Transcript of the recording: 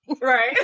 Right